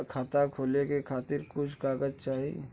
खाता खोले के खातिर कुछ कागज चाही?